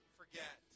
forget